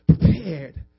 prepared